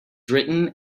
written